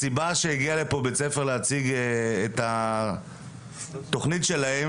הסיבה שהגיע לפה בית ספר להציג את התוכנית שלו,